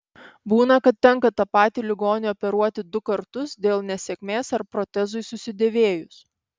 būna kad tenka tą patį ligonį operuoti du kartus dėl nesėkmės ar protezui susidėvėjus